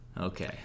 Okay